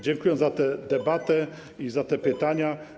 Dziękuję za tę debatę i za te pytania.